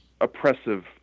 oppressive